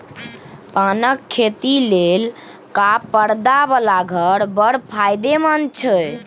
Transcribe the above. पानक खेती लेल हरका परदा बला घर बड़ फायदामंद छै